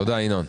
תודה, ינון.